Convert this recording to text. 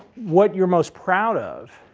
what you're most proud of,